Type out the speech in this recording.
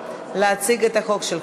נא להציג את החוק שלך.